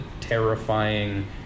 terrifying